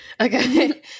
Okay